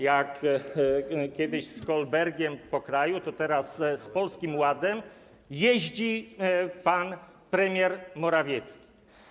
jak kiedyś Kolberg po kraju, teraz z Polskim Ładem jeździ pan premier Morawiecki.